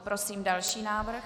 Prosím další návrh.